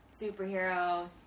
superhero